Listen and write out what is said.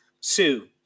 Sue